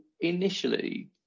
initially